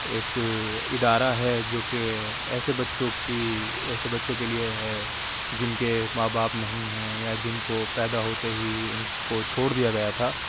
ایک ادارہ ہے جو کہ ایسے بچوں کی ایسے بچوں کے لیے ہے جن کے ماں باپ نہیں ہیں یا جن کو پیدا ہوتے ہی ان کو چھوڑ دیا گیا تھا